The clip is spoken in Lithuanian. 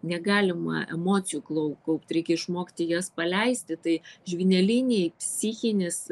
negalima emocijų klau kaupt reikia išmokti jas paleisti tai žvynelinei psichinis